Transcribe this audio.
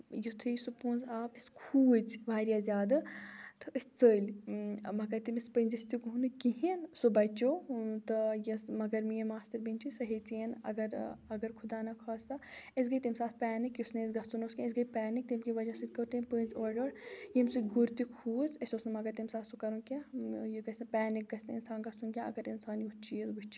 یِتھُے سُہ پونٛز آو أسۍ کھوٗژ واریاہ زیادٕ تہٕ أسۍ ژٔلۍ مَگر تٔمِس پونٛزِس تہِ گوٚو نہٕ کِہینۍ سُہ بَچو تہٕ یۄس مَگر میٲنۍ ماستٕر بیٚنہِ چھِ سۄ ہٮ۪ژَین اَگر اگر خُۄدا ناخاستہ أسۍ گٔیے تَمہِ ساتہٕ پٮ۪نِک یُس نہٕ اَسہِ گژھن اوس کیٚنٛہہ أسۍ گٔیے پینِک تَمہِ کہِ وجہہ سۭتۍ کوٚر تٔمۍ پٔنٛزۍ اورٕ یور ییٚمہِ سۭتۍ گُر تہِ کھوٗژ اَسہِ اوس نہٕ مَگر تَمہِ ساتہٕ سُہ کِرُن کیٚنٛہہ یہِ گژھِ نہٕ پینِک گژھِ نہٕ اِنسان گژھُن کیٚنٛہہ اَگر اِنسان یُتھ چیٖز وُچھِ